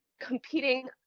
competing